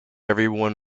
everybody